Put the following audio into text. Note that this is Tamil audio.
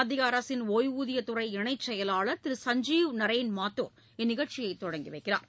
மத்திய அரசின் ஒய்வூதிய துறை இணை செயலாளர் திரு சஞ்சீவ் நரேன் மாத்தூர் இந்நிகழ்ச்சியை தொடங்கிவைக்கிறார்